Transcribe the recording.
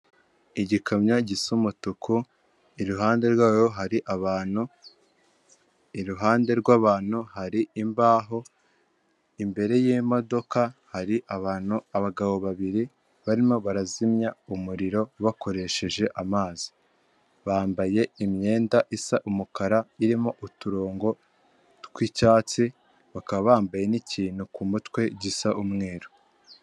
Igikamyo gisa umutuku iruhande rwayo hari abantu, iruhande rw'abantu hari imbaho, imbere y'imodoka hari abantu abagabo babiri barimo barazimya umuriro bakoresheje amazi, bambaye imyenda isa umukara irimo uturongo twi'icyatsi bakaba bambaye n'ikintu ku ku mutwe gisa umweru.